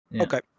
Okay